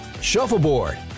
shuffleboard